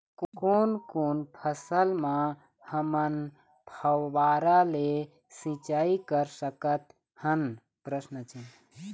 कोन कोन फसल म हमन फव्वारा ले सिचाई कर सकत हन?